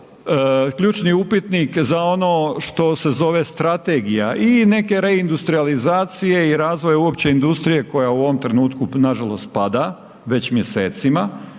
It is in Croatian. ključni upitnik za ono što se zove strategija i neke reindutrijalizacije i razvoj uopće industrije koja u ovom trenutku nažalost pada već mjesecima